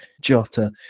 Jota